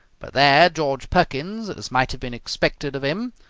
but there george perkins, as might have been expected of him,